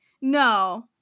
no